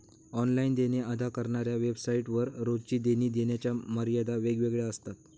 online देणे अदा करणाऱ्या वेबसाइट वर रोजची देणी देण्याच्या मर्यादा वेगवेगळ्या असतात